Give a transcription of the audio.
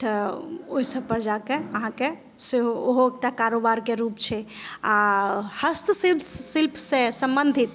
तऽ ओहि सभपर जा कऽ अहाँके सेहो ओहो एकटा करोबारके रूप छै आ हस्तशिल्प शिल्पसँ सम्बन्धित